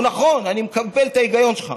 הוא נכון, אני מקבל את ההיגיון שלך,